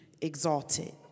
exalted